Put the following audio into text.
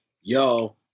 yo